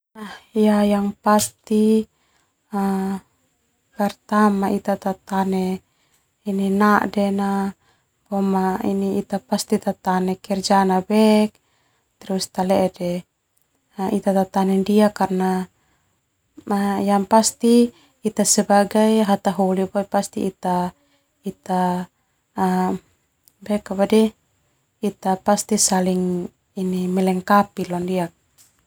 Pertama ita tatane nadena ita pasti tatane kerja na bek ita tatane ndia karna ita sebagai hataholi boe ita pasti ita ita ita saling melengkapi.